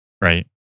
right